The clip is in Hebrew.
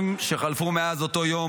ב-14 החודשים שחלפו מאז אותו יום,